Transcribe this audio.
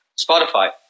spotify